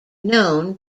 known